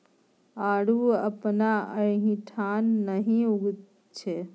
आड़ू अपना एहिठाम नहि उगैत छै